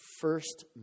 first